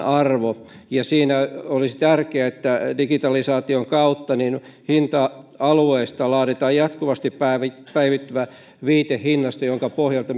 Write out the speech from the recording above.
arvo siinä olisi tärkeää että digitalisaation kautta hinta alueista laaditaan jatkuvasti päivittyvä päivittyvä viitehinnasto jonka pohjalta